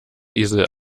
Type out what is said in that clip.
esel